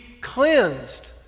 cleansed